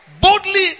boldly